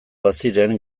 baziren